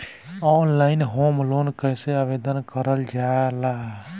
Online home loan कैसे आवेदन करल जा ला?